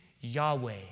Yahweh